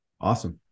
Awesome